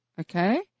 okay